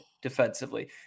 defensively